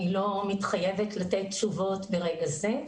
אני לא מתחייבת לתת תשובות ברגע זה.